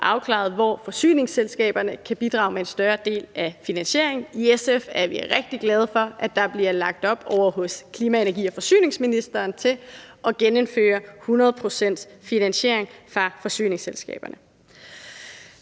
afklaret, hvor forsyningsselskaberne kan bidrage med en større del af finansieringen. I SF er vi rigtig glade for, at der ovre hos klima-, energi- og forsyningsministeren bliver lagt op til at genindføre 100 pct.s finansiering fra forsyningsselskaberne,